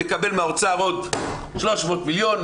מקבל מהאוצר עוד 300 מיליון,